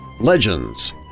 Legends